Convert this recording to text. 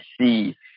see